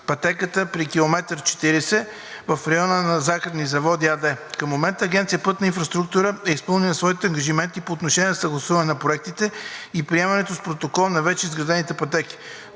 пътеката при км 40+786 в района на „Захарни заводи“ АД. Към момента Агенция „Пътна инфраструктура“ е изпълнила своите ангажименти по отношение съгласуването на проекта и приемането с Протокол на вече изградените пътеки.